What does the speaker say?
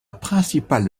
principale